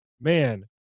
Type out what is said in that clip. man